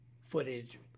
footage